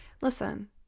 Listen